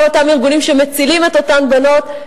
כל אותם ארגונים שמצילים את אותן בנות,